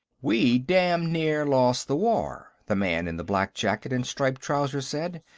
we damn near lost the war, the man in the black jacket and striped trousers said,